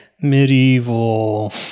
Medieval